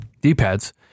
D-pads